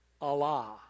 Allah